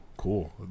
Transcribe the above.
cool